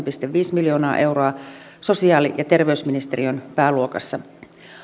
pilkku viisi miljoonaa euroa sosiaali ja terveysministeriön pääluokassa